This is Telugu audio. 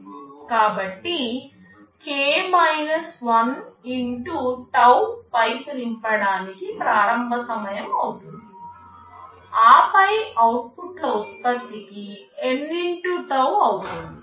కాబట్టి x tau పైపు నింపడానికి ప్రారంభ సమయం అవుతుంది ఆపై అవుట్పుట్ల ఉత్పత్తికి N x tau అవుతుంది